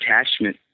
attachment